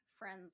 friends